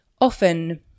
often